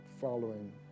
following